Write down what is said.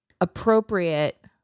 appropriate